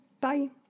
bye